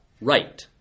Right